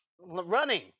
Running